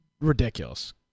ridiculous